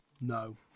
no